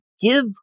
give